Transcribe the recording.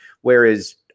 Whereas